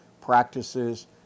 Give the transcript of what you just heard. practices